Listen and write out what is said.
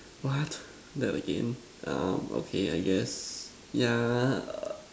what that again um okay I guess yeah err